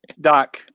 Doc